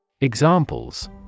Examples